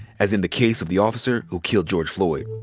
as in the case of the officer who killed george floyd.